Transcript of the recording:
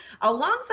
alongside